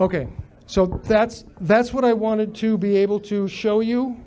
ok so that's that's what i wanted to be able to show you